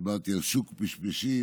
דיברתי על שוק פשפשים,